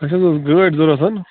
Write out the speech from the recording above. اَسہِ حظ اوس گٲڑۍ ضروٗرت